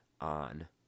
on